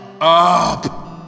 up